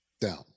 down